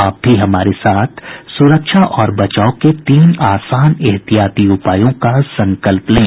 आप भी हमारे साथ सुरक्षा और बचाव के तीन आसान एहतियाती उपायों का संकल्प लें